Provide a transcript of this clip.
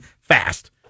fast